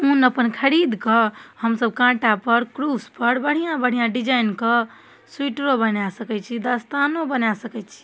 उन अपन खरिदकऽ हमसभ काँटापर क्रूसपर बढ़िआँ बढ़िआँ डिजाइनके सोइटरो बना सकै छी दस्तानो बना सकै छी